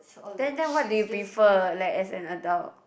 then then what do you prefer like as an adult